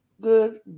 Good